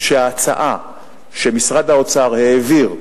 שההצעה שמשרד האוצר העביר,